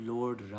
Lord